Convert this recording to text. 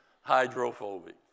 Hydrophobic